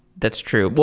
that's true. but